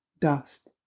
dust